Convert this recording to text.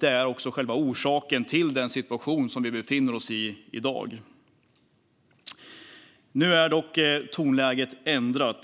Det är också själva orsaken till den situation som vi befinner oss i i dag. Nu är dock tonläget ändrat.